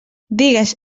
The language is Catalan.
digues